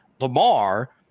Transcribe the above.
Lamar